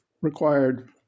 required